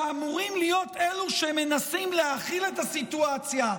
שאמורים להיות אלו שמנסים להכיל את הסיטואציה,